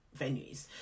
venues